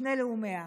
שני לאומיה,